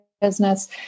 business